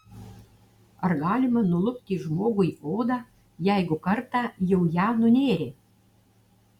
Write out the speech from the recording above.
ar galima nulupti žmogui odą jeigu kartą jau ją nunėrė